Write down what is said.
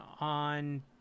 on